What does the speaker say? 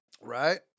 Right